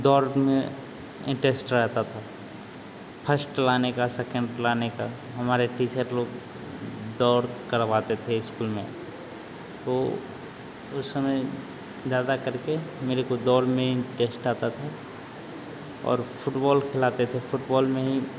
दौड़ में इन्टेस्ट रहता था फस्ट लाने का सेकंड लाने का हमारे टीचर लोग दौड़ करवाते थे स्कुल में तो उस समय ज़्यादा करके मेरे को दौड़ में इन्टेस्ट आता था और फुटबोल खिलाते थे फुटबोल में ही